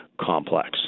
complex